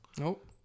Nope